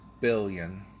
billion